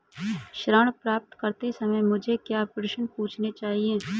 ऋण प्राप्त करते समय मुझे क्या प्रश्न पूछने चाहिए?